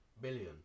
billion